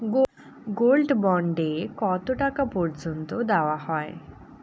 Gold bond এ কতো টাকা পর্যন্ত দেওয়া হয়?